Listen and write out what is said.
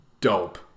dope